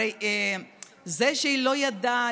הרי זה שהיא לא ידעה,